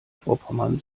vorpommern